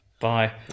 bye